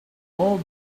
more